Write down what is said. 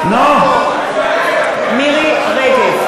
מירי רגב,